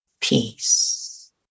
peace